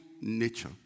nature